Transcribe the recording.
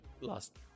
last